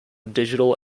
digital